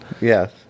yes